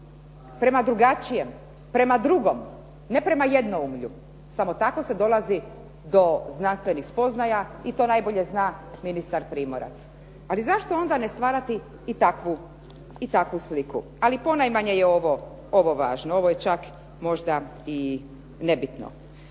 prema drugačijem, prema drugom, ne prema jednoumlju. Samo tako se dolazi do znanstvenih spoznaja i to najbolje zna ministar Primorac. Ali zašto onda ne stvarati i takvu sliku? Ali ponajmanje je ovo važno. Ovo je čak možda i nebitno.